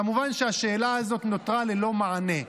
כמובן שהשאלה הזאת נותרה ללא מענה,